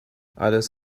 alles